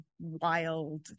wild